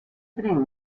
tren